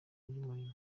ry’umurimo